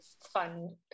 fun